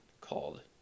called